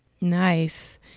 Nice